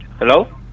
Hello